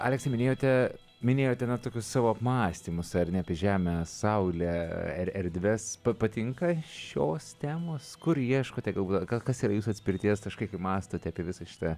aleksai minėjote minėjote na tokius savo apmąstymus ar ne apie žemę saulę erdves patinka šios temos kur ieškote galų gale gal kas yra jūsų atspirties taškai kai mąstote apie visą šitą